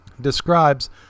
describes